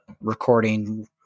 recording